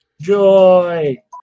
Joy